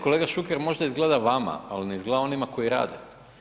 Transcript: Kolega Šuker, možda izgleda vama, ali ne izgleda onima koji rade.